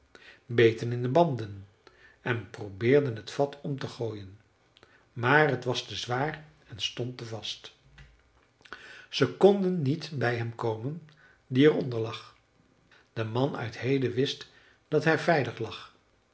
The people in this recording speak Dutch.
beten in de banden en probeerden het vat om te gooien maar het was te zwaar en stond te vast ze konden niet bij hem komen die er onder lag de man uit hede wist dat hij veilig lag